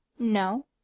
no